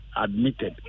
admitted